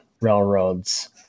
railroads